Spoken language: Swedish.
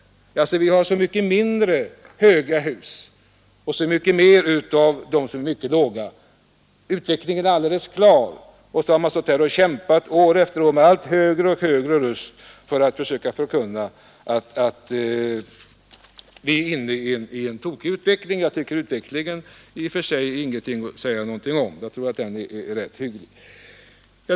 Det har alltså byggts färre höga hus och fler låga hus. Utvecklingen ä alldeles klar, och ändå förkunnar man år efter år med allt högre röst att vi är inne i en tokig utveckling. Jag tycker att utvecklingen är rätt hygglig.